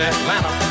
Atlanta